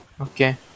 Okay